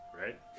right